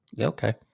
Okay